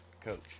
coach